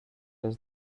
does